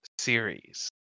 series